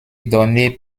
donné